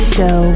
Show